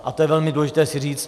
A to je velmi důležité si říct.